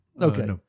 Okay